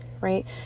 right